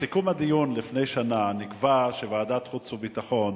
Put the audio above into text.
בסיכום הדיון לפני שנה נקבע שוועדת החוץ והביטחון